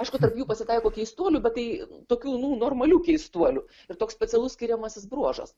aišku tarp jų pasitaiko keistuolių bet tai tokių nu normalių keistuolių ir toks specialus skiriamasis bruožas